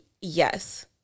yes